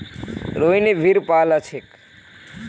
रोहिनी भेड़ पा ल छेक